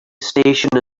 station